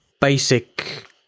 basic